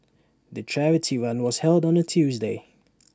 the charity run was held on A Tuesday